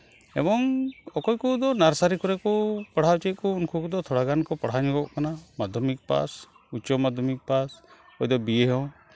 ᱮᱵᱚᱝ ᱚᱠᱚᱭ ᱠᱚᱫᱚ ᱱᱟᱨᱥᱟᱨᱤ ᱠᱚᱨᱮ ᱠᱚ ᱯᱟᱲᱦᱟᱣ ᱦᱚᱪᱴᱚᱭᱮᱫ ᱠᱚ ᱩᱱᱠᱩ ᱠᱚᱫᱚ ᱛᱷᱚᱲᱟ ᱜᱟᱱ ᱠᱚ ᱯᱟᱲᱦᱟᱣ ᱧᱚᱜᱚᱜ ᱠᱟᱱᱟ ᱢᱟᱫᱽᱫᱷᱚᱢᱤᱠ ᱯᱟᱥ ᱩᱪᱪᱚᱼᱢᱟᱫᱽᱫᱷᱚᱢᱤᱠ ᱯᱟᱥ ᱚᱠᱚ ᱫᱚ ᱵᱤᱭᱮ ᱦᱚᱸ